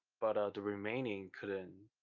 but the remaining couldn't,